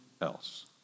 else